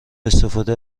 استفاده